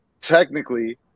technically